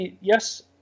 yes